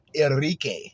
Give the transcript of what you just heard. Enrique